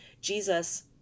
Jesus